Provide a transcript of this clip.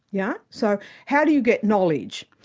yeah so how do you get knowledge?